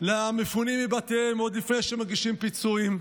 למפונים מבתיהם עוד לפני שמגיעים פיצויים,